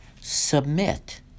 Submit